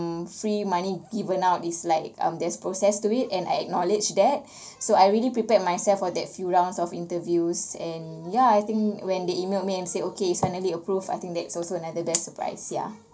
mm free money given out is like um there's process to it and I acknowledge that so I really prepared myself for that few rounds of interviews and ya I think when they emailed me and said okay finally approved I think that's also another best surprise ya